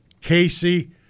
Casey